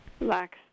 relax